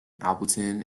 appleton